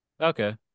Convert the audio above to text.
okay